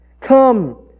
Come